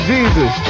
Jesus